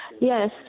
Yes